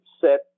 set